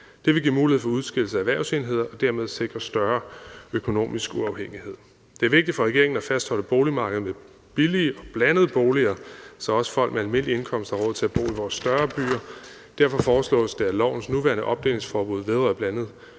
Det vil give mulighed for udskillelse af erhvervsenheder og dermed sikre større økonomisk uafhængighed. Det er vigtigt for regeringen at fastholde et boligmarked med billige og blandede boliger, så også folk med almindelige indkomster har råd til at bo i vores større byer. Derfor foreslås det, at lovens nuværende opdelingsforbud vedrørende